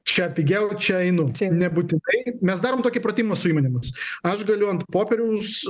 čia pigiau čia einu nebūtinai mes darom tokį pratimą su įmonėmis aš galiu ant popieriaus